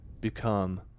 become